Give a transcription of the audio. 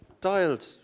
dialed